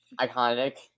iconic